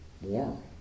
Warm